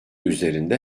üzerinde